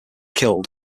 killed